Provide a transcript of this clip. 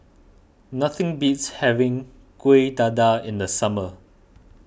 nothing beats having Kuih Dadar in the summer